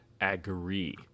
agree